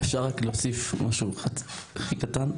אפשר להוסיף משהו קטן?